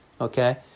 okay